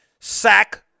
sack